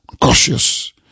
cautious